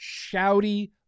shouty